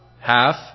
half